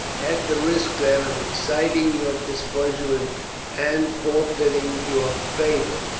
at the risk, then, of exciting your displeasure and and forfeiting your favour,